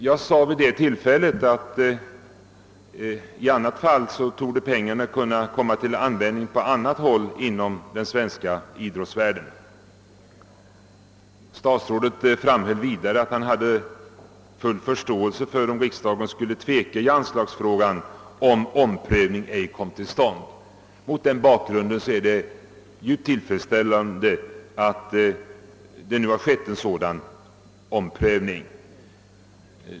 Jag sade vid detta tillfälle att dessa pengar vid ett uteblivande skulle kunna komma till användning på annat håll inom den svenska idrottsvärlden. Herr statsrådet framhöll att han hade full förståelse för att riksdagen kanske skulle komma att tveka i anslagsfrågan, om en omprövning ej kom till stånd. Mot den bakgrunden är det tillfredsställande att det nu skett en sådan omprövning.